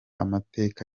amateka